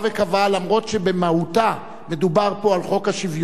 שאף שבמהות מדובר פה על חוק השוויוניות,